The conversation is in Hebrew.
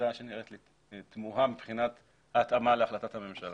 עמדה שנראית לי קצת תמוהה מבחינת ההתאמה להחלטת הממשלה.